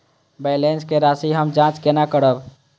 Balance के राशि हम जाँच केना करब?